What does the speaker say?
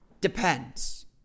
Depends